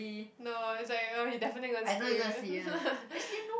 no it's like !ugh! you definitely gonna sleep